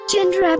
Gender